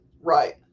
Right